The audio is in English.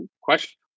question